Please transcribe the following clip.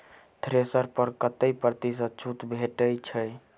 Thresher पर कतै प्रतिशत छूट भेटय छै?